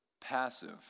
passive